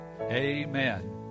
amen